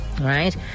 Right